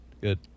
Good